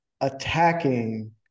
attacking